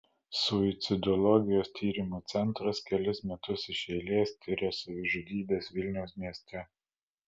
suicidologijos tyrimų centras kelis metus iš eilės tiria savižudybes vilniaus mieste